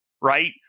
right